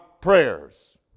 prayers